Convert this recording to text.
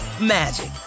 magic